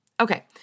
Okay